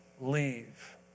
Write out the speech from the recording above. leave